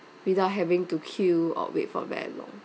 without having to queue or wait for very long